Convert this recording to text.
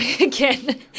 again